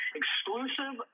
exclusive